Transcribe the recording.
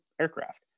aircraft